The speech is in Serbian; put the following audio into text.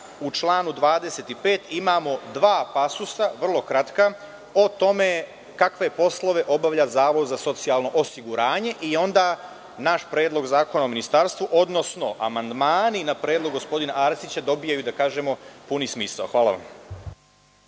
u članu 25. imamo dva vrlo kratka pasusa o tome kakve poslove obavlja Zavod za socijalno osiguranje i onda naš predlog zakona o ministarstvu, odnosno amandmani na Predlog gospodina Arsića dobijaju puni smisao. Hvala vam.